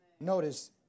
Notice